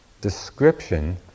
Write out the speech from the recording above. description